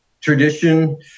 tradition